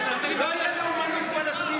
לא יהיו לאומנים פלסטינים.